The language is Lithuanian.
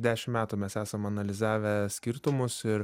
dešim metų mes esam analizavę skirtumus ir